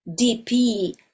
DP